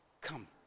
Come